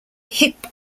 hip